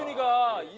and go.